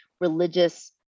religious